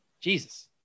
Jesus